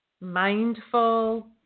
mindful